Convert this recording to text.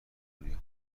دنیا